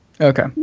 Okay